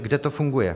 Kde to funguje?